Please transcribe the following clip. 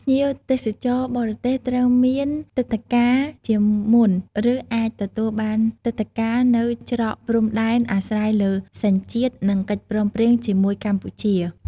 ភ្ញៀវទេសចរបរទេសត្រូវមានទិដ្ឋាការជាមុនឬអាចទទួលបានទិដ្ឋាការនៅច្រកព្រំដែនអាស្រ័យលើសញ្ជាតិនិងកិច្ចព្រមព្រៀងជាមួយកម្ពុជា។